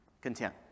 content